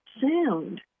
sound